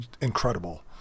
incredible